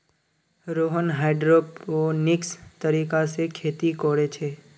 Rohan hydroponics तरीका से खेती कोरे छे